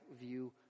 view